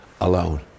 alone